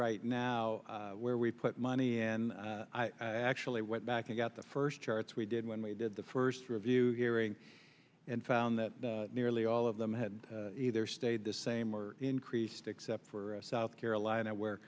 right now where we put money and i actually went back and got the first charts we did when we did the first review hearing and found that nearly all of them had either stayed the same or increased except for south carolina where